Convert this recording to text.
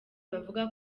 bavuga